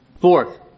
Fourth